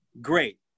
great